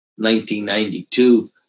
1992